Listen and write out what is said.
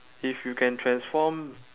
if you can transform